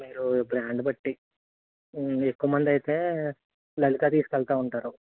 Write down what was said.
మీరు బ్రాండ్ బట్టి ఎక్కువ మంది అయితే లలితా తీసుకెళ్తూ ఉంటారు